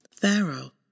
Pharaoh